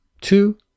Two